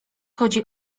chodzi